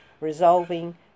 resolving